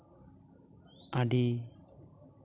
ᱟᱹᱰᱤ